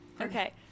Okay